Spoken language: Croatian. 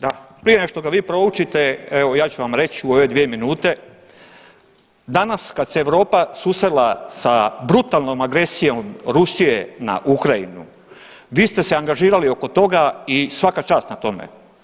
Da, prije nego što ga vi proučite evo ja ću vam reći u ove dvije minute danas kada se Europa susrela sa brutalnom agresijom Rusije na Ukrajinu vi ste se angažirali oko toga i svaka čast na tome.